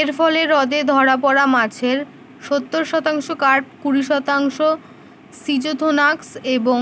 এর ফলে হ্রদে ধরা পড়া মাছের সত্তর শতাংশ কার্প কুড়ি শতাংশ স্কিৎজোথোর্যাক্স এবং